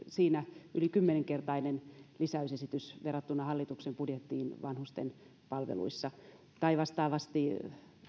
siinä yli kymmenkertaisen lisäysesityksen verrattuna hallituksen budjettiin vanhusten palveluissa tai vastaavasti